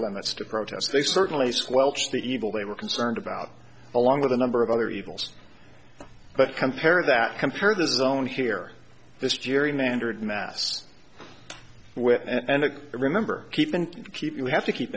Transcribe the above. limits to protest they certainly squelch the evil they were concerned about along with a number of other evils but compare that compare the zone here this gerrymandered mass with and remember keep in keep you have to keep